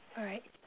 alright